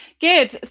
good